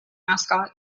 mascot